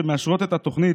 שמאשרות את התוכנית,